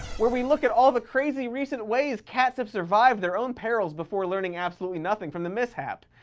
where we look at all the crazy recent ways cats have survived their own perils before learning absolutely nothing from the mishap.